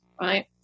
right